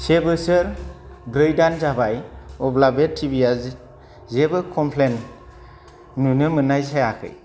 से बोसोर ब्रै दान जाबाय अब्ला बे टिभिया जेबो कमप्लेन नुनो मोननाय जायाखै